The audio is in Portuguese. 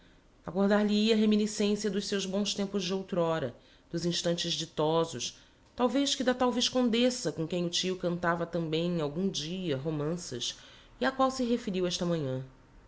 seus bons tempos de outrora dos instantes ditosos talvez que da tal viscondessa com quem o tio cantava tambem algum dia romanças e á qual se referiu esta manhã